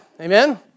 amen